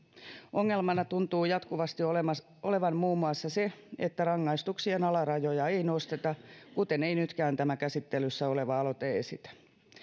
ongelmana tuntuu jatkuvasti olevan muun muassa se että rangaistuksien alarajoja ei nosteta kuten ei nytkään tämä käsittelyssä oleva aloite esitä